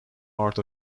art